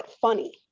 funny